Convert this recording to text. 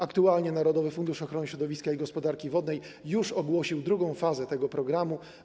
Aktualnie Narodowy Fundusz Ochrony Środowiska i Gospodarki Wodnej już ogłosił drugą fazę tego programu.